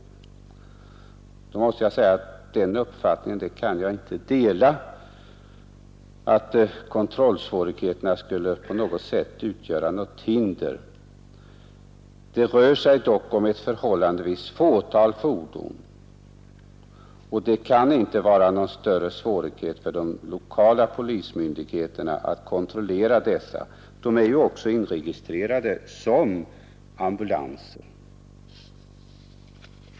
Jag måste säga att jag inte kan dela statsrådets uppfattning att kontrollsvårigheterna på något sätt skulle vara ett hinder. Det rör sig dock om ett förhållandevis litet antal fordon, och det kan inte vara någon större svårighet för de lokala polismyndigheterna ätt kontrollera dessa. De fordon jag talar om är ju också inregistrerade som ambulanser.